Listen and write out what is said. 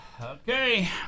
Okay